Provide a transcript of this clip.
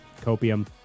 copium